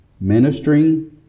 ministering